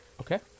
Okay